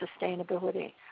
sustainability